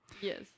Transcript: Yes